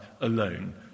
alone